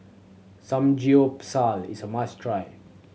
samgeyopsal is a must try